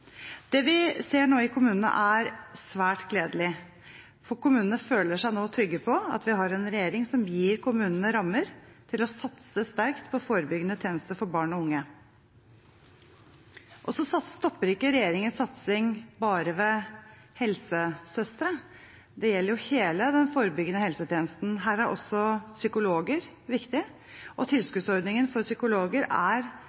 Det vi ser nå i kommunene, er svært gledelig, for kommunene føler seg nå trygge på at vi har en regjering som gir dem rammer til å satse sterkt på forebyggende tjenester for barn og unge. Regjeringens satsing stopper ikke ved helsesøstre. Den gjelder hele den forebyggende helsetjenesten. Her er også psykologer viktig, og tilskuddsordningen for psykologer er